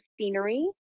scenery